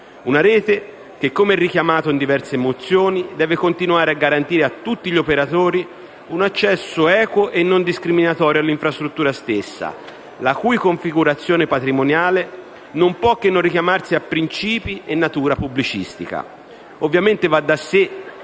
una rete che, come richiamato in diverse mozioni, deve continuare a garantire a tutti gli operatori un accesso equo e non discriminatorio all'infrastruttura stessa, la cui configurazione patrimoniale non può che non richiamarsi a principi e natura pubblicistica. Ovviamente va da sé,